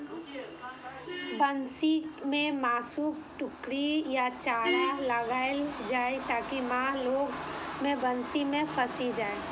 बंसी मे मासुक टुकड़ी या चारा लगाएल जाइ, ताकि माछ लोभ मे बंसी मे फंसि जाए